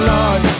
Lord